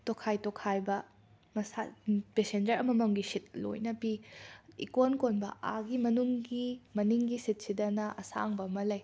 ꯇꯣꯈꯥꯏ ꯇꯣꯈꯥꯏꯕ ꯃꯁꯥ ꯄꯦꯁꯦꯟꯖꯔ ꯑꯃꯃꯝꯒꯤ ꯁꯤꯠ ꯂꯣꯏꯅ ꯄꯤ ꯏꯀꯣꯟ ꯀꯣꯟꯕ ꯑꯥꯒꯤ ꯃꯅꯨꯡꯒꯤ ꯃꯅꯤꯡꯒꯤ ꯁꯤꯠꯁꯤꯗꯅ ꯑꯁꯥꯡꯕ ꯑꯃ ꯂꯩ